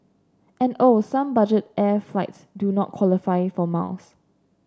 and oh some budget air flights do not qualify for miles